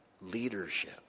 leadership